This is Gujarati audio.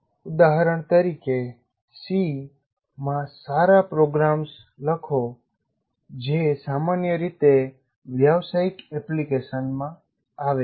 ઉદાહરણ તરીકે 'સી' માં સારા પ્રોગ્રામ્સ લખો જે સામાન્ય રીતે વ્યવસાયિક એપ્લિકેશનમાં આવે છે